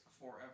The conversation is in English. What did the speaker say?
forever